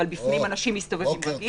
ובפנים האנשים מסתובבים רגיל,